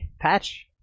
patch